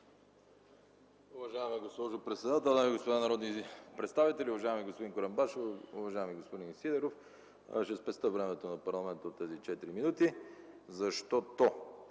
Уважаема госпожо председател, дами и господа народни представители, уважаеми господин Курумбашев, уважаеми господин Сидеров! Ще спестя времето на парламента от тези 4 минути. Главният